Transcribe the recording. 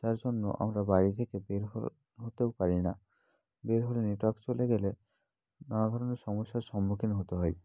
যার জন্য আমরা বাড়ি থেকে বের হতেও পারি না বের হলে নেটওয়ার্ক চলে গেলে নানা ধরনের সমস্যার সম্মুখীন হতে হয়